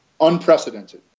Unprecedented